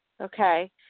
Okay